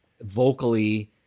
vocally